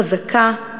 חזקה,